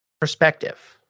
perspective